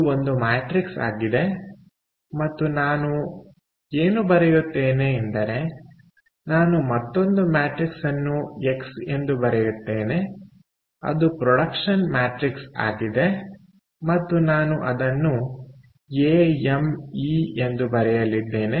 ಇದು ಒಂದು ಮ್ಯಾಟ್ರಿಕ್ಸ್ ಆಗಿದೆ ಮತ್ತು ನಾನು ಏನು ಬರೆಯುತ್ತೇನೆ ಎಂದರೆ ನಾನು ಮತ್ತೊಂದು ಮ್ಯಾಟ್ರಿಕ್ಸ್ ಅನ್ನು ಎಕ್ಸ್ ಎಂದು ಬರೆಯುತ್ತೇನೆ ಅದು ಪ್ರೊಡಕ್ಷನ್ ಮ್ಯಾಟ್ರಿಕ್ಸ್ಆಗಿದೆ ಮತ್ತು ನಾನು ಅದನ್ನು ಎ ಎಂ ಮತ್ತು ಇ ಎಂದು ಬರೆಯಲಿದ್ದೇನೆ